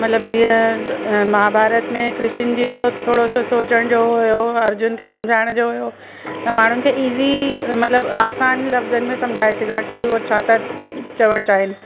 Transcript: मतिलबु जीअं महाभारत में कृष्ण जी जो थोरो सो सोचण जो हुओ अर्जुन खे सम्झाइण जो हुओ त माण्हुनि खे इज़ी मतिलबु आसान लव्जन में सम्झाए सघां की हो छा था चवणु चाहिनि